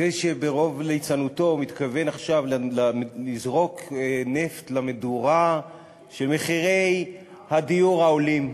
זה שברוב ליצנותו מתכוון עכשיו לזרוק נפט למדורה של מחירי הדיור העולים.